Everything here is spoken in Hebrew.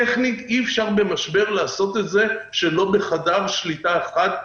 טכנית אי אפשר במשבר לעשות את זה שלא בחדר שליטה אחד.